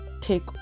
take